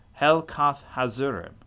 Helkath-Hazurim